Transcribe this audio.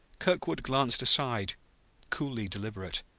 kirkwood glanced aside coolly deliberate,